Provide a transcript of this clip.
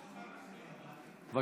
אדוני היושב-ראש אפשר לפני שהוא מתחיל?